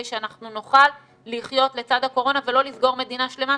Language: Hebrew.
שאנחנו נוכל לחיות לצד הקורונה ולא לסגור מדינה שלמה,